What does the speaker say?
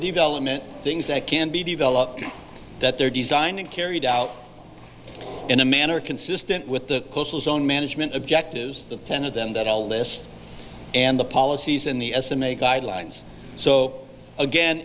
development things that can be developed that they're designed and carried out in a manner consistent with the coastal zone management objectives the ten of them that all this and the policies and the estimate guidelines so again